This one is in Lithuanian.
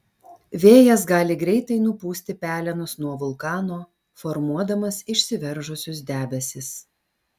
vėjas gali greitai nupūsti pelenus nuo vulkano formuodamas išsiveržusius debesis